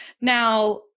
Now